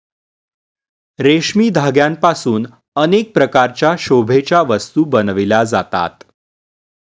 रेशमी धाग्यांपासून अनेक प्रकारच्या शोभेच्या वस्तू बनविल्या जातात